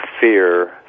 fear